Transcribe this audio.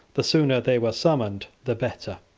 the sooner they were summoned the better.